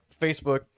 Facebook